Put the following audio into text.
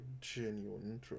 genuine